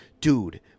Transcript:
Dude